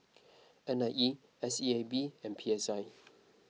N I E S E A B and P S I